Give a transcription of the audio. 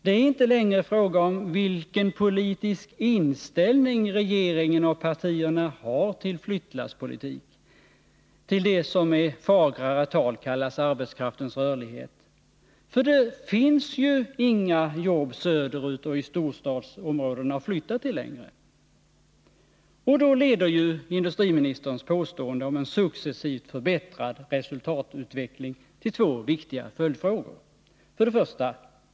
Det är inte längre fråga om vilken politisk inställning regeringen och partierna har till flyttlasspolitik, till det som med fagrare tal kallas arbetskraftens rörlighet, för det finns inte längre några jobb söderut och i storstadsområdena att flytta till. Då leder industriministerns påstående om en successivt förbättrad resultatutveckling till två viktiga följdfrågor: 1.